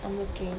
I'm working